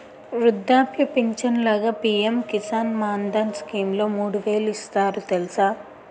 వృద్ధాప్య పించను లాగా పి.ఎం కిసాన్ మాన్ధన్ స్కీంలో మూడు వేలు ఇస్తారు తెలుసా?